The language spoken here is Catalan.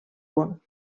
punt